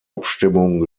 abstimmung